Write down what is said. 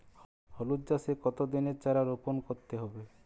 হলুদ চাষে কত দিনের চারা রোপন করতে হবে?